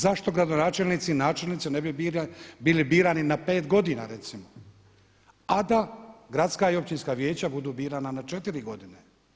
Zašto gradonačelnici, načelnici ne bi birani na 5 godina recimo, a da gradska i općinska vijeća budu birana na 4 godine.